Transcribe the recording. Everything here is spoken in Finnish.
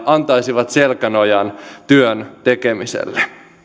antaisivat selkäno jan työn tekemiselle